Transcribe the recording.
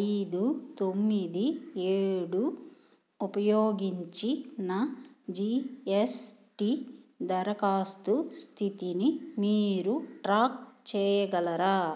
ఐదు తొమ్మిది ఏడు ఉపయోగించి నా జీఎస్టీ దరఖాస్తు స్థితిని మీరు ట్రాక్ చేయగలరా